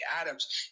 Adams